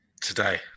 Today